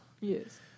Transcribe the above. Yes